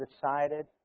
decided